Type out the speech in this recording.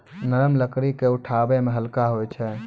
नरम लकड़ी क उठावै मे हल्का होय छै